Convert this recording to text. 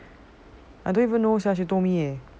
I don't even know sia she told me eh